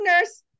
Nurse